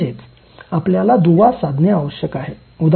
म्हणजेच आपल्याला दुवा साधणे आवश्यक आहे